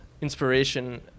inspiration